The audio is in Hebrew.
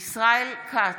ישראל כץ,